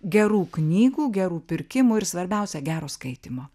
gerų knygų gerų pirkimų ir svarbiausia gero skaitymo